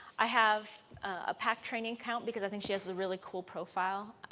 i have a pack training count because i think she has a really cool profile.